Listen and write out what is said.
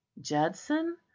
judson